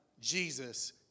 Jesus